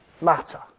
matter